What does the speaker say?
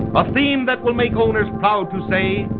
a theme that will make owners proud to say,